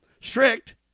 strict